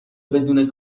بدون